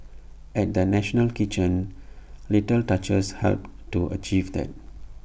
at the national kitchen little touches helped to achieve that